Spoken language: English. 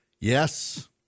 Yes